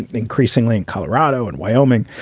increasingly in colorado and wyoming.